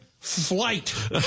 Flight